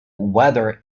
whether